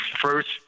first